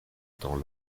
temps